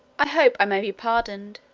i hope i may be pardoned,